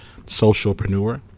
socialpreneur